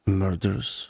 murders